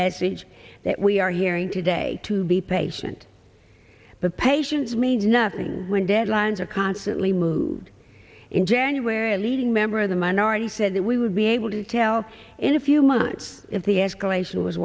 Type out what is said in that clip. message that we are hearing today to be patient but patience means nothing when deadlines are constantly moved in january a leading member of the minority said that we would be able to tell in a few months if the escalation was